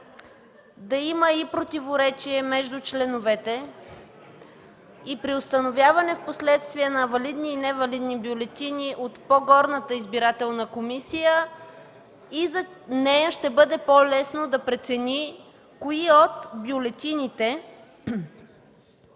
да има противоречие между членовете. При установяване впоследствие на валидни и невалидни бюлетини от по-горната избирателна комисия, за нея ще бъде по-лесно да ги опише – използваните